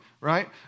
right